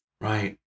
Right